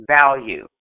Value